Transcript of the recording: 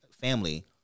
family